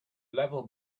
level